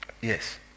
Yes